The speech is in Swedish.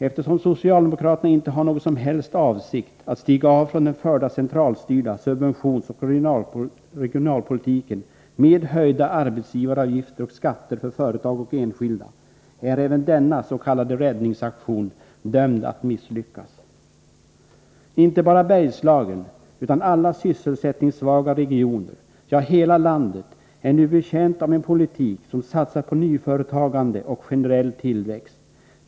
Eftersom socialdemokraterna inte har någon som helst avsikt att stiga av från den förda centralstyrda subventionsoch regionalpolitiken med höjda arbetsgivaravgifter och skatter för företag och enskilda, är även denna s.k. räddningsaktion dömd att misslyckas. Inte bara Bergslagen utan alla sysselsättningssvaga regioner, ja hela landet, är nu betjänta av en politik som satsar på nyföretagande och generell tillväxt.